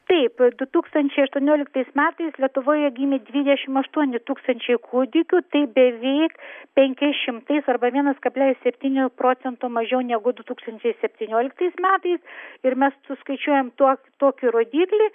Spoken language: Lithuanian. taip du tūkstančiai aštuonioliktais metais lietuvoje gimė dvidešim aštuoni tūkstančiai kūdikių tai beveik penkiais šimtais arba vienas kablelis septyniu procento mažiau negu du tūkstančai septynioliktais metais ir mes suskaičiuojam tuok tokį rodiklį